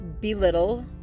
belittle